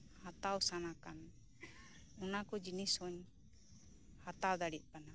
ᱦᱟᱛᱟᱣ ᱥᱟᱱᱟ ᱠᱟᱱᱟ ᱚᱱᱟᱠᱚ ᱡᱤᱱᱤᱥ ᱦᱚᱢ ᱦᱟᱛᱟᱣ ᱫᱟᱲᱮᱭᱟᱜᱼᱟ